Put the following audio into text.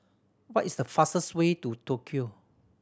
what is the fastest way to Tokyo